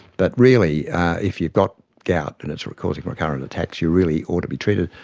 but really if you've got gout and it's causing recurrent attacks, you really ought to be treated.